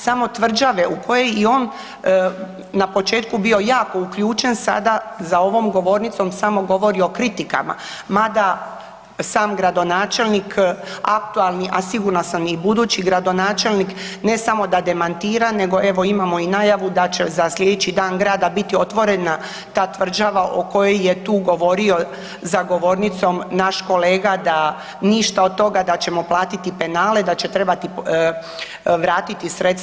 Samo tvrđave u koje i on na početku bio jako uključen, sada za ovom govornicom samo govori o kritikama mada sam gradonačelnik aktualni a sigurna sam i budući gradonačelnik, ne samo da demantira nego evo imamo i najavu da će za slijedeći grad grada biti otvorena ta tvrđava o kojoj je tu govorio za govornicom naš kolega, da ništa od toga, da ćemo platiti penale, da će trebati vratiti sredstva i slično.